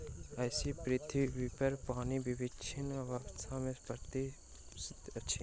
एहि पृथ्वीपर पानि विभिन्न अवस्था मे सत्तर प्रतिशत अछि